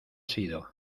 sido